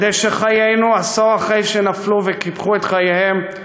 כדי שחיינו, עשור אחרי שנפלו וקיפחו את חייהם,